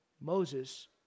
Moses